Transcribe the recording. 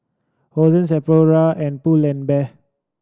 Hosen and Pull and Bear